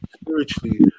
spiritually